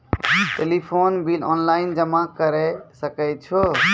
Telephone bill online जमा करै सकै छौ?